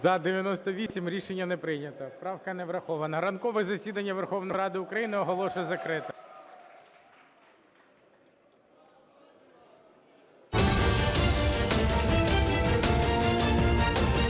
За-98 Рішення не прийнято. Правка не врахована. Ранкове засідання Верховної Ради України оголошую закритим.